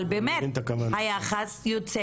אבל באמת היחס יוצא